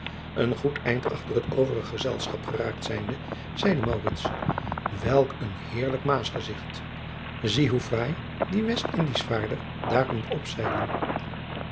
een goed eind achter het overig gezelschap geraakt zijnde zeide maurits welk een heerlijk maasgezigt zie hoe fraai die westindischvaarder daar komt opzeilen